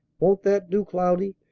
won't that do, cloudy?